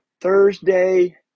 Thursday